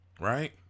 right